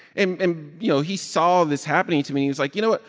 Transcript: and, and you know, he saw this happening to me. he was like, you know what?